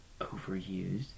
overused